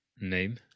name